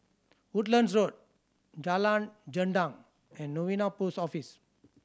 Woodlands Road Jalan Gendang and Novena Post Office